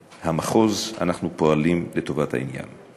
המחוז, אנחנו פועלים לטובת העניין.